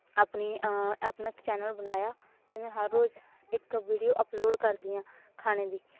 ਆਪਣੀ ਆਪਣਾ ਇੱਕ ਚੈਨਲ ਬਣਾਇਆ ਅਤੇ ਮੈਂ ਹਰ ਰੋਜ਼ ਇੱਕ ਵੀਡੀਓ ਅਪਲੋਡ ਕਰਦੀ ਹਾਂ ਖਾਣੇ ਦੀ